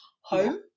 home